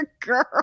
girl